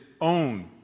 own